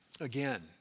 Again